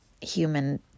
human